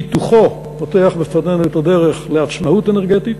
פיתוחו פותח בפנינו את הדרך לעצמאות אנרגטית.